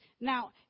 Now